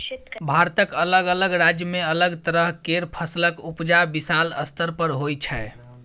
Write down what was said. भारतक अलग अलग राज्य में अलग तरह केर फसलक उपजा विशाल स्तर पर होइ छै